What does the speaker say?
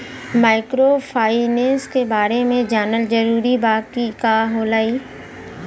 Microfinance के बारे में जानल जरूरी बा की का होला ई?